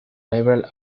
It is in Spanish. liberal